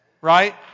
right